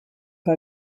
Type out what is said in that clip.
que